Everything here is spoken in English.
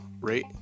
rate